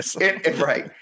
Right